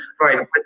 right